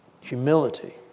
humility